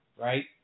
right